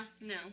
No